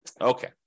Okay